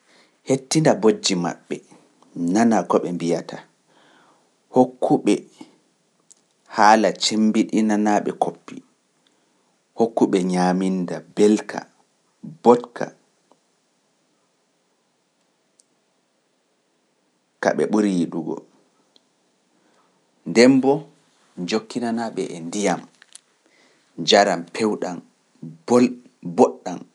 hettina bojji maɓɓe nanaa ko ɓe mbiyata hokku-ɓe haala cemmbiɗinanaa-ɓe koppi, hokku-ɓe ñaaminnda mbelka, mbooɗka, ka ɓe ɓuri yiɗugo, nden boo jokkinanaa-ɓe e ndiyam, njaram peewɗam, booyɗ- booɗɗam.